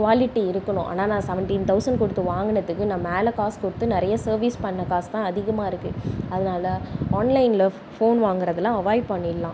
quality இருக்கணும் ஆனால் நான் சவன்டீன் தெளசண் கொடுத்து வாங்கினத்துக்கு நான் மேலே காசு கொடுத்து நிறையா சேர்விஸ் பண்ண காசு தான் அதிகமாக இருக்கு அதனால ஆன்லைனில் ஃபோன் வாங்கிறதுலாம் அவாய்ட் பண்ணிடலாம்